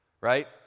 right